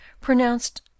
pronounced